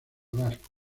vasco